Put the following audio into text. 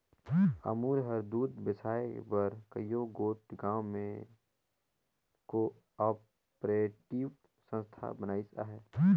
अमूल हर दूद बेसाए बर कइयो गोट गाँव में को आपरेटिव संस्था बनाइस अहे